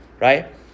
right